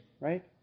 right